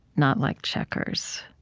not like checkers.